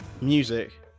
music